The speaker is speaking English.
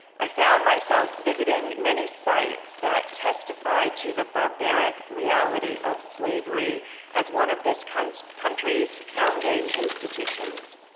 i found myself visiting many sites that testify to the barbaric reality of slavery as one of this country's country's founding institutions.